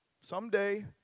someday